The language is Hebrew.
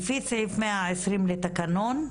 לפי סעיף 120 לתקנון,